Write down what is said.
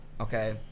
okay